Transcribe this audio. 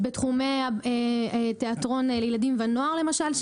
בתחומי התיאטרון לילדים ונוער למשל,